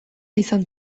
izan